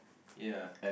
ya